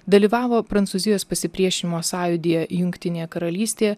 dalyvavo prancūzijos pasipriešinimo sąjūdyje jungtinėje karalystėje